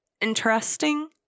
interesting